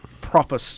proper